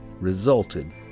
resulted